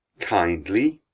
kindly!